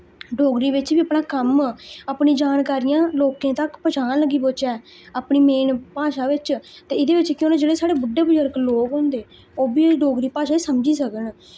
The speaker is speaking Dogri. डोगरी विच वी अपना कम्म अपनी जानकारियां लोकें तक पजान लगी पोचै अपनी मेन भाशा विच ते इ'दे विच केह् होना जेहड़े साढ़े बुड्डे बजुर्ग लोक होंदे ओह् बी डोगरी भाशा ही समझी सकन